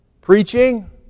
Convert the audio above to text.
Preaching